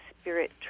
spirit